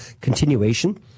continuation